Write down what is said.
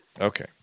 Okay